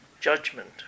Judgment